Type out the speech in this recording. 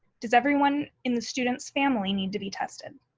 does everyone in the student's family need to be tested?